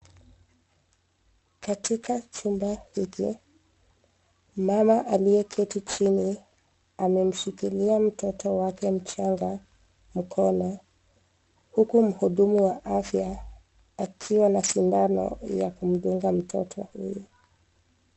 Katika chumba hiki mama aliye keti chini amemshikia mtoto wake mchanga mkono ,huku mhudumu wa afya akiwa na sindano ya kumdunga mtoto huyu.